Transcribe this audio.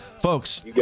Folks